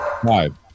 Five